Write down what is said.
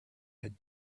had